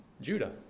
Judah